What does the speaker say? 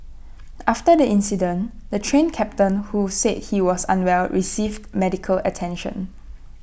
after the incident the Train Captain who said he was unwell received medical attention